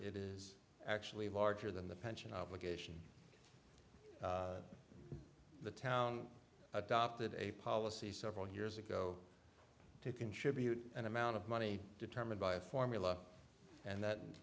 it is actually larger than the pension obligation the town adopted a policy several years ago to contribute an amount of money determined by a formula and th